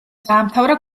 დაამთავრა